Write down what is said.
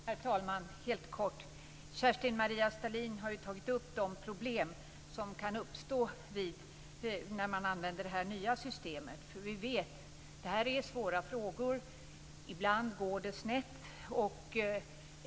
Herr talman! Kerstin-Maria Stalin har tagit upp de problem som kan uppstå när man använder det nya systemet. Vi vet att det här är svåra frågor, och ibland går det snett.